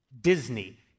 Disney